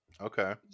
okay